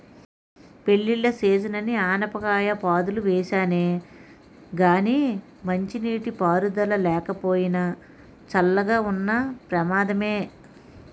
పెళ్ళిళ్ళ సీజనని ఆనపకాయ పాదులు వేసానే గానీ మంచినీటి పారుదల లేకపోయినా, చల్లగా ఉన్న ప్రమాదమే